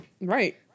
Right